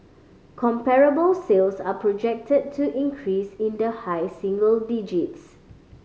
comparable sales are projected to increase in the high single digits